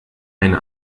eine